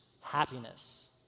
happiness